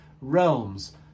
realms